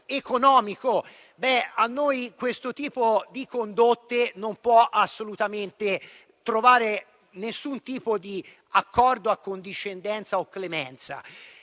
economico. Per noi questo tipo di condotte non può assolutamente trovare nessun tipo di accordo, accondiscendenza o clemenza.